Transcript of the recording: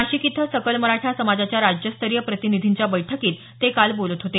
नाशिक इथं सकल मराठा समाजाच्या राज्यस्तरीय प्रतिनिधींच्या बैठकीत ते काल बोलत होते